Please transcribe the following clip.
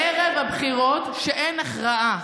בערב הבחירות שאין הכרעה.